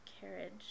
carriage